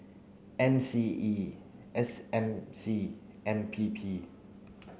M C E S M C and P P